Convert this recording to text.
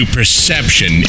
Perception